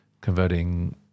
converting